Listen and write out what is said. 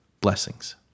Blessings